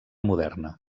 moderna